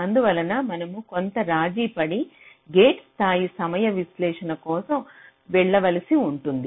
అందువలన మనము కొంత రాజీ పడి గేట్ స్థాయి సమయ విశ్లేషణ కోసం వెళ్ళవలసి ఉంటుంది